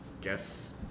guess